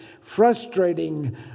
frustrating